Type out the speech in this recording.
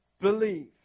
believe